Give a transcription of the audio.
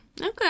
Okay